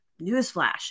newsflash